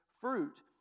fruit